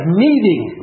meeting